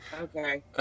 Okay